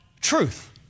truth